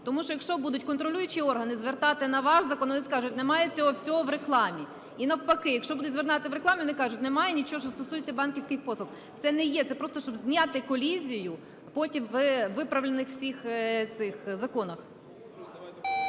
Тому що, якщо будуть контролюючі органи звертати на ваш закон, вони скажуть: немає цього всього в рекламі. І навпаки, якщо будуть звертати в рекламі, вони кажуть: немає нічого, що стосується банківських послуг. Це не є, це просто щоб зняти колізію потім у виправлених всіх цих законах.